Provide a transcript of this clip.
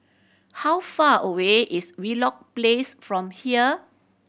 how far away is Wheelock Place from here